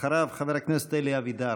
אחריו, חבר הכנסת אלי אבידר.